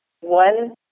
One